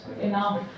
enough